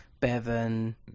bevan